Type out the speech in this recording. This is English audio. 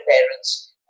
parents